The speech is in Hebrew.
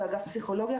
באגף פסיכולוגיה,